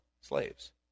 slaves